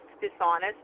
dishonest